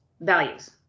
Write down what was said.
Values